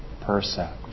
percept